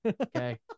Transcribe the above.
Okay